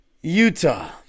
Utah